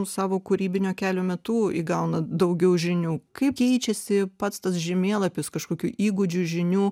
savo kūrybinio kelio metu įgauna daugiau žinių kaip keičiasi pats tas žemėlapis kažkokių įgūdžių žinių